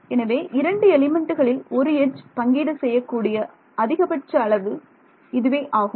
எனவே இரண்டு எலிமெண்ட்டுகளில் ஒரு எட்ஜ் பங்கீடு செய்யக்கூடிய அதிகபட்ச அளவு இதுவே ஆகும்